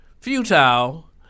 futile